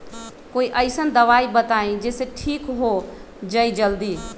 कोई अईसन दवाई बताई जे से ठीक हो जई जल्दी?